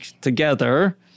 together